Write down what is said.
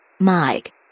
Mike